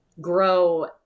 grow